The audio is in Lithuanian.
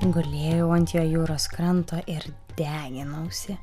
gulėjau ant jo jūros kranto ir deginausi